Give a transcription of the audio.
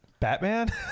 batman